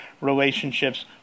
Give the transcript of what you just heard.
relationships